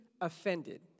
offended